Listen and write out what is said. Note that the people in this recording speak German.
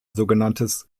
sogenanntes